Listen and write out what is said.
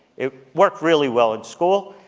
it worked really well in school,